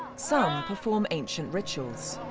some perform ancient rituals,